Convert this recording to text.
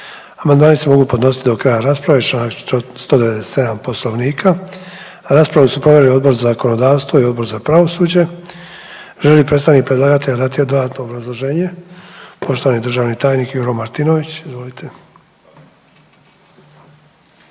Amandmani se mogu podnositi do kraja rasprave čl. 197. Poslovnika. Raspravu su proveli Odbor za zakonodavstvo i Odbor za pravosuđe. Želi li predstavnik predlagatelja dati dodatno obrazloženje? Poštovani državni tajnik Juro Martinović. Izvolite.